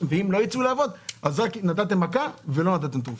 ואם לא ייצאו לעבוד אז רק נתתם מכה ולא נתתם תרופה.